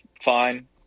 fine